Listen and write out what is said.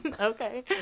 Okay